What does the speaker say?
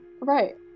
Right